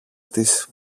της